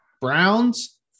Browns